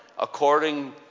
according